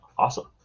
Awesome